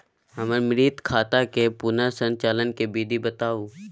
हमर मृत खाता के पुनर संचालन के विधी बताउ?